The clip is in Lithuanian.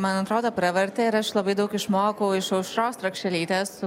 man atrodo pravertė ir aš labai daug išmokau iš aušros trakšelytės